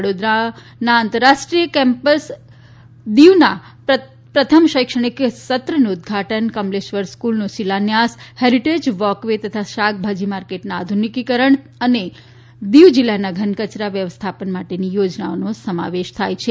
વડોદરાના આંતરરાષ્ટ્રીય દીવ કેમ્પસના પ્રથમ શૈક્ષણિક સત્રનું ઉદ્દઘાટન કમલેશ્વર સ્કલનો શિલાન્યાસ હેરીટેજ વોક વે તથા શાકભાજી માર્કેટના આધુનિકરણનો શિલાન્યાસ અને દિવ જિલ્લાના ઘન કચરા વ્યવસ્થાપન માટેની યોજનાઓનો સમાવેશ થાય છે